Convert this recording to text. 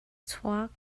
chuak